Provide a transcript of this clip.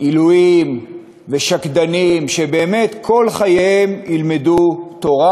עילויים ושקדנים שכל חייהם ילמדו תורה